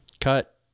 Cut